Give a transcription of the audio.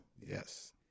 Yes